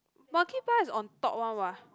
Monkey Bar is on top [one] what